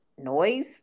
Noise